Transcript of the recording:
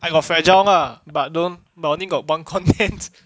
I got fragile lah but don't only got one content